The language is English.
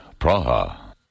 Praha